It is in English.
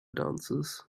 dancers